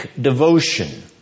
devotion